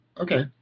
Okay